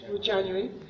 January